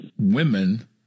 women